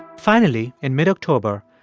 finally, in mid-october,